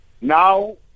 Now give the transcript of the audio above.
Now